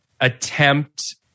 Attempt